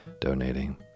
donating